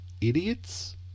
idiots